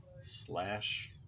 slash